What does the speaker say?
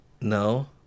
No